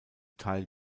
teil